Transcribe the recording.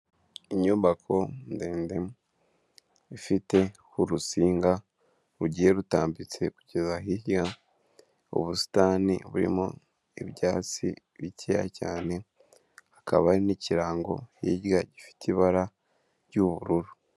Inyubako ndende ifite urusinga rugiye rutambitse kugeza hirya, ubusitani burimo ibyatsi bikeya cyane, hakaba n'ikirango hirya gifite ibara ry'ubururu.